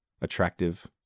attractive